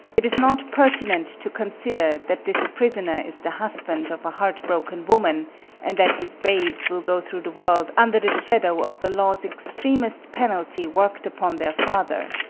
it is not pertinent to consider that this prisoner is the husband of a heartbroken woman and that his babes will go through the world under the shadow of the law's extremest penalty worked upon their father.